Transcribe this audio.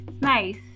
nice